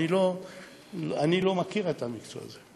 אני לא מכיר את המקצוע הזה,